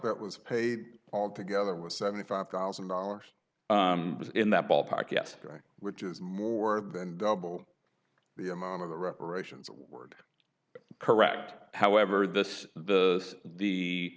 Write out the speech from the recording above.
that was paid altogether was seventy five thousand dollars was in that ballpark yet which is more than double the amount of the reparations word correct however this the the